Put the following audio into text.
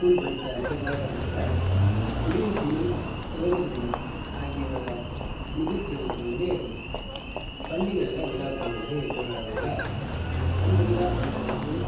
school படிச்சா அந்த காலகட்டத்தில் குடியரசு தினம் சுகந்திர தினம் ஆகிய நிகழ்ச்சிகளுக்கு வந்து பள்ளிகளில் விழாக்கள் வந்து கொண்டாடுவாங்கள்ல அந்த விழாக்களில் வந்து